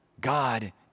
God